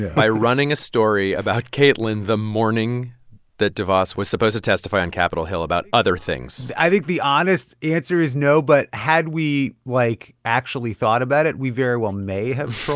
by running a story about kaitlyn the morning that devos was supposed to testify on capitol hill about other things? i think the honest answer is no. but had we, like, actually thought about it, we very well may have